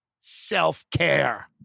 self-care